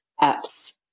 apps